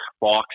box